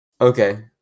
Okay